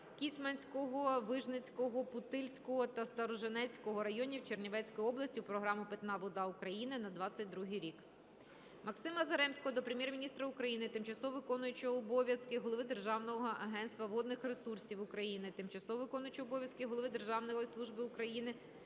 Кіцманського, Вижницького, Путильського та Сторожинецького районів Чернівецької області) у програму "Питна вода України" на 2022 рік. Максима Заремського до Прем'єр-міністра України, тимчасово виконуючого обов'язки голови Державного агентства водних ресурсів України, тимчасово виконуючого обов'язки голови Державної служби України